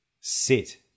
sit